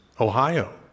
Ohio